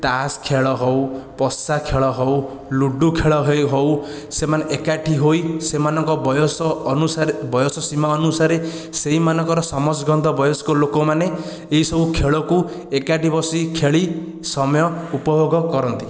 ତାସ ଖେଳ ହେଉ ପଶା ଖେଳ ହେଉ ଲୁଡୁ ଖେଳ ହେଉ ସେମାନେ ଏକାଠି ହୋଇ ସେମାନଙ୍କ ବୟସ ଅନୁସାରେ ବୟସ ସୀମା ଅନୁସାରେ ସେହିମାନଙ୍କ ସମାସ୍କନ୍ଦ ବୟସ୍କ ଲୋକମାନେ ଏହିସବୁ ଖେଳକୁ ଏକାଠି ବସି ଖେଳି ସମୟ ଉପଭୋଗ କରନ୍ତି